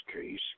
case